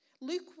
Luke